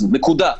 נקודה.